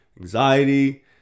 anxiety